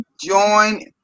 join